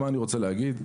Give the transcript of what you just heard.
מה אני רוצה להגיד?